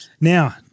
Now